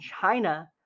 China